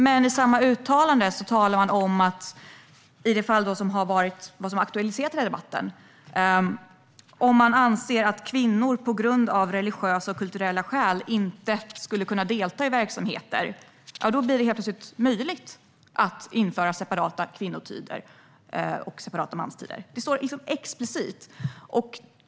Men i samma uttalande talar man om att i de fall som har aktualiserat debatten, alltså om man anser att kvinnor på grund av religiösa och kulturella skäl inte skulle kunna delta i verksamheter, ja, då blir det helt plötsligt möjligt att införa separata kvinno och manstider. Det står explicit.